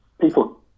people